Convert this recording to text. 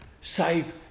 Save